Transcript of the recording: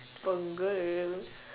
punggol